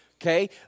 Okay